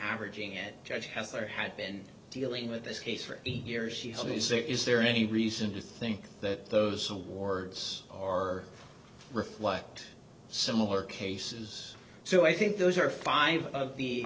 averaging at judge has or had been dealing with this case for eight years he is there is there any reason to think that those awards or reflect similar cases so i think those are five of the